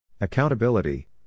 Accountability